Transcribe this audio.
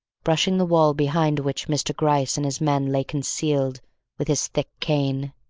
brushing the wall behind which mr. gryce and his men lay concealed with his thick cane,